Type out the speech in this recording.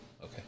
Okay